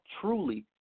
truly